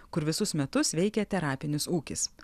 kur visus metus veikia terapinis ūkis